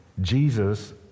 Jesus